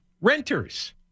renters